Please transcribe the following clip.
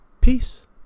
Peace